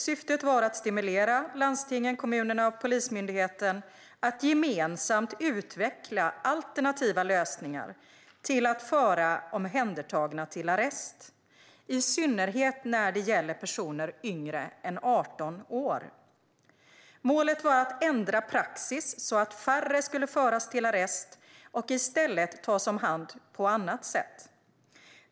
Syftet var att stimulera landstingen, kommunerna och Polismyndigheten att gemensamt utveckla alternativa lösningar till att föra omhändertagna till arrest, i synnerhet när det gäller personer yngre än 18 år. Målet var att ändra praxis så att färre skulle föras till arrest och i stället tas om hand på annat sätt.